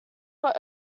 were